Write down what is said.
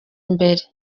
imbere